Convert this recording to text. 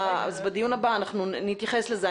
בדיון הבא אנחנו נתייחס לזה.